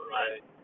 right